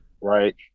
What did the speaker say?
Right